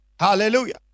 Hallelujah